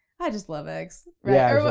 i just love eggs. yeah, or ah